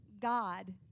God